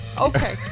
Okay